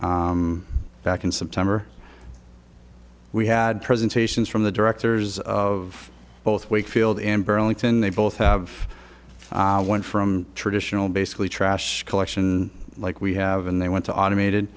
presentation back in september we had presentations from the directors of both wakefield in burlington they both have one from traditional basically trash collection like we have and they went to automated